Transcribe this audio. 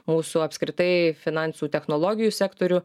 mūsų apskritai finansų technologijų sektorių